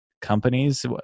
companies